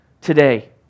today